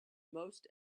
most